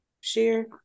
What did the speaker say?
share